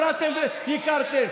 הורדתם וייקרתם.